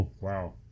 wow